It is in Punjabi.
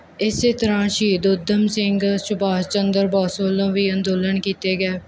ਇਸੇ ਤਰ੍ਹਾਂ ਸ਼ਹੀਦ ਊਧਮ ਸਿੰਘ ਸੁਭਾਸ਼ ਚੰਦਰ ਬੋਸ ਵੱਲੋਂ ਵੀ ਅੰਦੋਲਨ ਕੀਤਾ ਗਿਆ